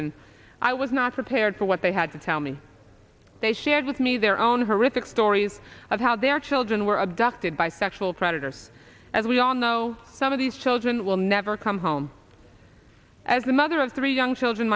coalition i was not prepared for what they had to tell me they shared with me their own horrific stories of how their children were abducted by sexual predators as we all know some of these children will never come home as the mother of three young children